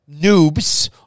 noobs